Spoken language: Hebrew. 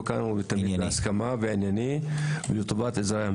אני לא מבינה למה אנחנו בכלל דנים אם להוריד אותה.